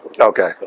okay